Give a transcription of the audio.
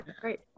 great